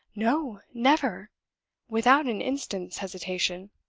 no, never without an instant's hesitation.